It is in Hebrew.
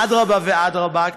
אדרבה ואדרבה,